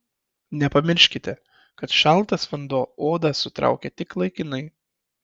nepamirškite kad šaltas vanduo odą sutraukia tik laikinai